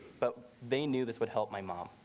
but they knew this would help my mom.